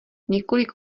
několik